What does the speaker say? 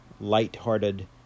light-hearted